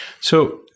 So-